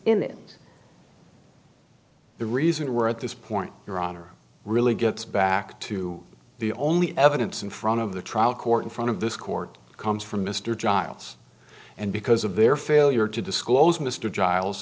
it the reason we're at this point your honor really gets back to the only evidence in front of the trial court in front of this court comes from mr giles and because of their failure to disclose mr giles